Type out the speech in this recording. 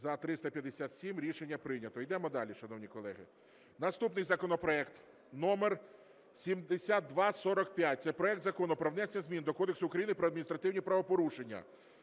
За-357 Рішення прийнято. Ідемо далі, шановні колеги. Наступний законопроект номер 7245, це проект Закону про внесення змін до Кодексу України про адміністративні правопорушення.